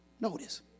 Notice